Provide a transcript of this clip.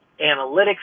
analytics